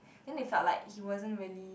then they felt like he wasn't really